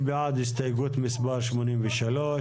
אם